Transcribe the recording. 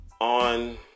on